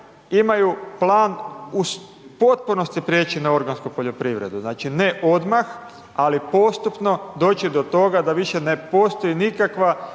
imaju plan uz potpunosti priječi na organsku poljoprivredu, znači ne odmah, ali potpuno doći do toga da više ne postoji nikakva